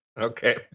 Okay